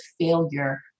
failure